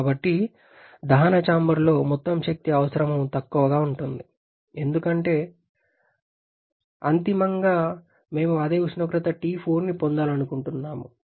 కాబట్టి దహన చాంబర్లో మొత్తం శక్తి అవసరం తక్కువగా ఉంటుంది ఎందుకంటే అంతిమంగా మేము అదే ఉష్ణోగ్రత T4 ని పొందాలనుకుంటున్నాము